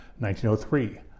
1903